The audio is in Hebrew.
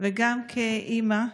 וגם כאימא.